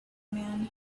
man